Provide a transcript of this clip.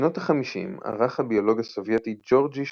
בשנות החמישים ערך הביולוג הסובייטי ג'ורג'י